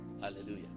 Hallelujah